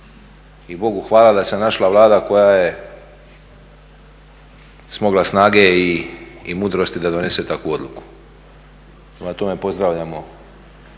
I Bogu hvala da se našla Vlada koja je smogla snage i mudrosti da donese takvu odluku. Prema tome, pozdravljamo